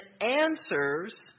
answers